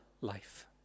life